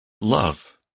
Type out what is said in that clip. love